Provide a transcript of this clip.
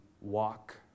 walk